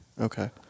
Okay